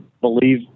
believe